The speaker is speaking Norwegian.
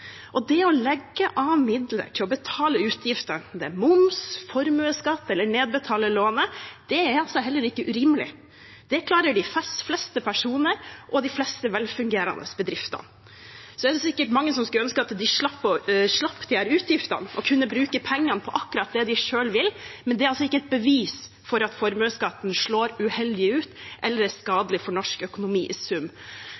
Det å sette av midler til å betale utgifter, enten det er moms, formuesskatt eller å nedbetale lånet, er heller ikke urimelig. Det klarer de fleste personer og de fleste velfungerende bedriftene. Så er det sikkert mange som skulle ønske at de slapp disse utgiftene og kunne bruke pengene på akkurat det de selv vil, men det er altså ikke et bevis for at formueskatten slår uheldig ut eller er